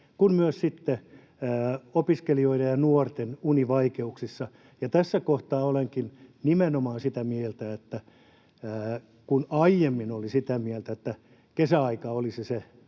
kuin myös sitten opiskelijoiden ja nuorten univaikeuksissa, ja tässä kohtaa olenkin nimenomaan sitä mieltä — kun aiemmin olin sitä mieltä, että kesäaika olisi se